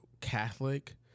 Catholic